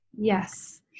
Yes